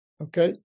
okay